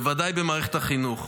בוודאי במערכת החינוך.